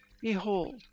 Behold